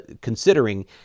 considering